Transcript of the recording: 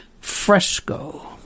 fresco